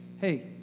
Hey